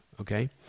okay